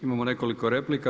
Imamo nekoliko replika.